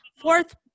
fourth